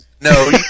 No